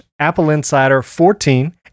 AppleInsider14